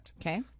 Okay